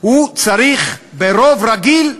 צריך לעבור ברוב רגיל.